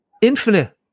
infinite